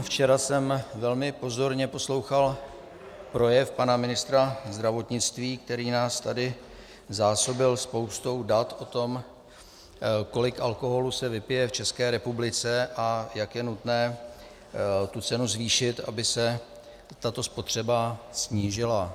Včera jsem velmi pozorně poslouchal projev pana ministra zdravotnictví, který nás tady zásobil spoustou dat o tom, kolik alkoholu se vypije v České republice a jak je nutné tu cenu zvýšit, aby se tato spotřeba snížila.